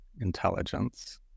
intelligence